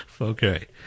Okay